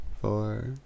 four